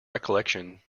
recollection